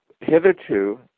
Hitherto